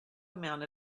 amount